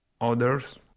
others